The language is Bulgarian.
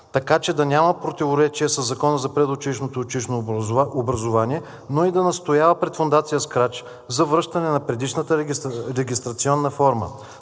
така че да няма противоречия със Закона за предучилищното и училищното образование, но и да настоява пред фондация Scratch за връщане на предишната регистрационна форма.